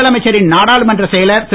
முதலமைச்சரின் நாடாளுமன்ற செயலர் திரு